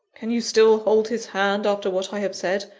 can you still hold his hand after what i have said?